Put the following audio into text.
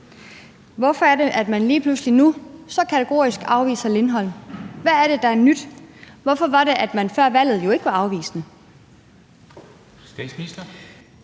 Hvorfor er det, at man lige pludselig nu så kategorisk afviser Lindholm? Hvad er det, der er nyt? Hvorfor er det, at man før valget ikke var afvisende? Kl.